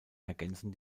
ergänzen